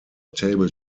table